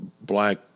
black